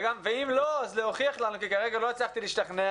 ואם לא אז להוכיח לנו כי כרגע לא הצלחתי להשתכנע